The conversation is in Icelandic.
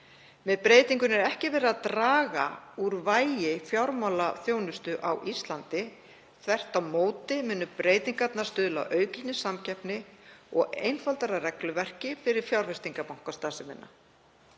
Með breytingunni er ekki verið að draga úr vægi fjármálaþjónustu á Íslandi. Þvert á móti munu breytingarnar stuðla að aukinni samkeppni og einfaldara regluverki fyrir fjárfestingarbankastarfsemina.